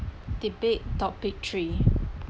debate topic three